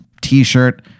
t-shirt